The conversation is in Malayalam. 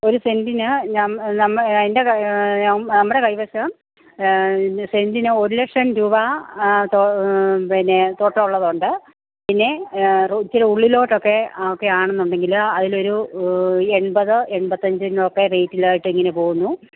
ഒരു സെൻ്റിന് നമ്മൾ നമ്മൾ എൻ്റെ നമ്മുടെ കൈവശം ത് സെൻ്റിന് ഒരു ലക്ഷം രൂപ തോ പിന്നെ തൊട്ടുള്ളതുണ്ട് പിന്നെ ഇച്ചിരി ഉള്ളിലൊട്ടൊക്കെ ഒക്കെ ആണെന്നുണ്ടെങ്കിൽ അതിലൊരു എൺപത് എൺപത്തഞ്ചിനൊക്കെ റെയ്റ്റിലായിട്ട് ഇങ്ങനെ പോവുന്നു